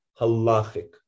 halachic